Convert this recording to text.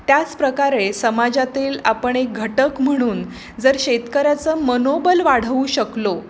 त्याच प्रकारे समाजातील आपण एक घटक म्हणून जर शेतकऱ्याचं मनोबल वाढवू शकलो